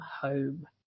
home